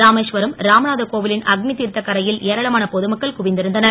ராமேஸ்வரம் ராமநாத கோவிலின் அக்னி தீர்த்தக் கரையில் ஏராளமான பொது மக்கள் குவிந்திருந்தனர்